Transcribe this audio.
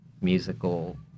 musical